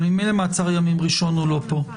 אבל ממילא מעצר ימים ראשון אינו פה.